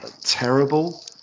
Terrible